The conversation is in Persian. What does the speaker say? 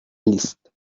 نیست